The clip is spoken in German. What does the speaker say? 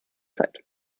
zeit